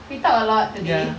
we talked a lot today